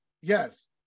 yes